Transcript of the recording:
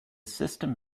system